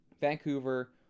Vancouver